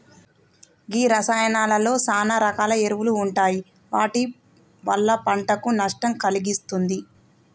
గీ రసాయానాలలో సాన రకాల ఎరువులు ఉంటాయి వాటి వల్ల పంటకు నష్టం కలిగిస్తుంది